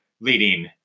leading